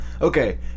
okay